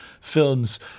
films